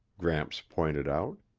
gramps pointed out.